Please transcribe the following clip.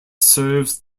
serves